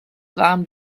waren